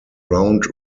round